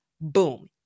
Boom